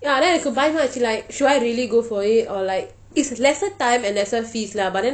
ya then எனக்கு பயமா இருந்தச்சு:enakku payama irunthachu like should I really go for it or like it's lesser time and lesser fees lah but then